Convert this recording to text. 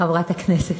חברת הכנסת,